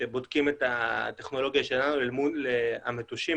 שבודקים את הטכנולוגיה שלנו למול המטושים,